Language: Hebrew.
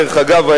דרך אגב,